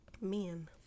Men